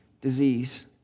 disease